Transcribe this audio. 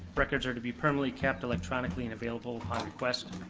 records are to be permanently kept electronically and available by request.